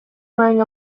wearing